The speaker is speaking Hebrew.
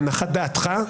להנחת דעתך,